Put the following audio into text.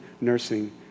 nursing